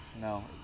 No